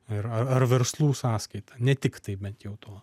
ir ar ar verslų sąskaita ne tiktai bent jau to